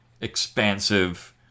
expansive